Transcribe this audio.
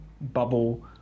bubble